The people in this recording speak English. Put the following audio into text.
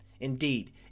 Indeed